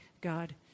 God